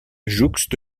jouxte